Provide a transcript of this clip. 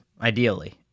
ideally